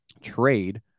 trade